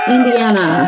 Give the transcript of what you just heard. Indiana